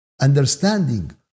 Understanding